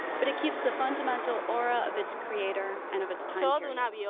but it keeps the fundamental aura of its creator and of its time period.